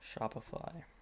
Shopify